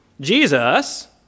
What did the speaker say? Jesus